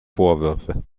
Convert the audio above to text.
vorwürfe